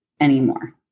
anymore